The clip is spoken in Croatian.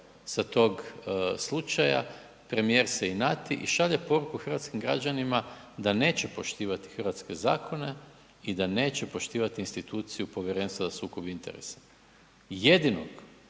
sa tog slučaja premijer se inati i šalje poruku hrvatskim građanima da neće poštivati hrvatske zakone i da neće poštivati instituciju Povjerenstva za sukob interesa. Jedino,